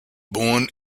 born